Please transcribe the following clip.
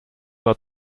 not